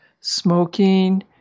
smoking